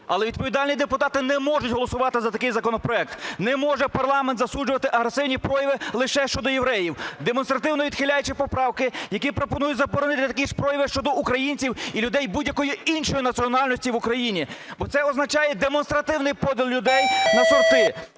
Але відповідальні депутати не можуть голосувати за такий законопроект. Не може парламент засуджувати агресивні прояви лише щодо євреїв, демонстративно відхиляючи поправки, які пропонують заборонити такі прояви щодо українців і людей будь-якої іншої національності в Україні. Це означає демонстративний поділ людей на сорти